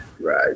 right